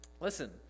Listen